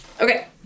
Okay